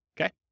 Okay